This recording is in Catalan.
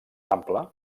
ampla